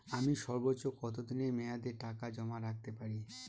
আমি সর্বোচ্চ কতদিনের মেয়াদে টাকা জমা রাখতে পারি?